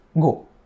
go